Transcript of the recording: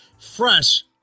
fresh